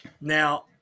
Now